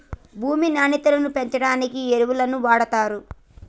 భూమి నాణ్యతను పెంచడానికి ఎరువులను వాడుతారు